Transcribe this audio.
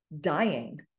dying